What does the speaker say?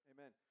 Amen